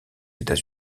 états